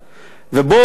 ובואו אנחנו,